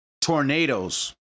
tornadoes